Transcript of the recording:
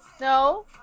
no